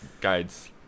Guides